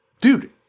dude